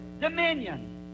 Dominion